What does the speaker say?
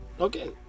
Okay